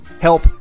help